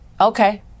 Okay